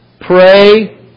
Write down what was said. pray